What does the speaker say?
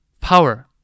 power